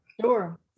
Sure